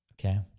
okay